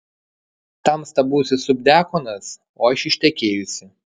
tamsta būsi subdiakonas o aš ištekėjusi